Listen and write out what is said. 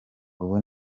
ubu